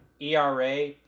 ERA